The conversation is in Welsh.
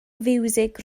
fiwsig